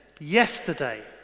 yesterday